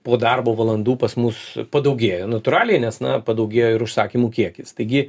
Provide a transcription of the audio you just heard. po darbo valandų pas mus padaugėjo natūraliai nes na padaugėjo ir užsakymų kiekis taigi